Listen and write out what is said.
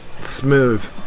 smooth